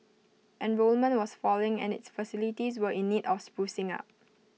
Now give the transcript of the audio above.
enrolment was falling and its facilities were in need of sprucing up